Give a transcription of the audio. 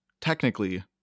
technically